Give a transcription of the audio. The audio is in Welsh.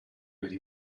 wedi